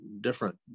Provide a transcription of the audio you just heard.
different